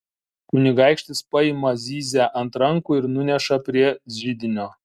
kunigaikštis paima zyzią ant rankų ir nuneša prie židinio